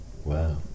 Wow